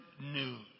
news